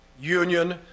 union